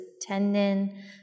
tendon